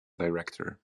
director